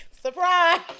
Surprise